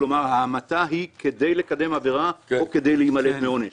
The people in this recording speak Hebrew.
ההמתה היא כדי לקדם עבירה או כד להימלט מעונש.